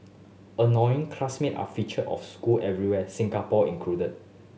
annoying classmate are feature of school everywhere Singapore included